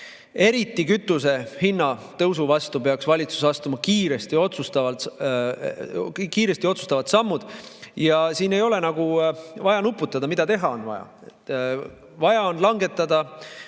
Eriti kütuse hinna tõusu vastu peaks valitsus astuma kiiresti otsustavaid samme ja siin ei ole vaja nuputada, mida teha. Vaja on langetada